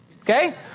Okay